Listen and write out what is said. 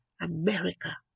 America